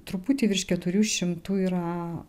truputį virš keturių šimtų yra